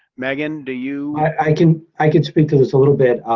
megan, do you i can i can speak to this a little bit.